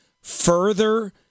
further